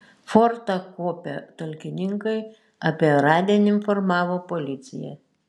fortą kuopę talkininkai apie radinį informavo policiją